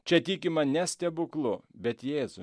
čia tikima ne stebuklu bet jėzu